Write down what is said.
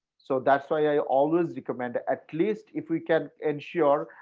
so that's why i always recommend, at least if we can ensure